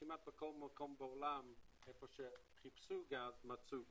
כמעט בכל מקום בעולם, איפה שחיפשו גז, מצאו גז.